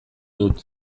dut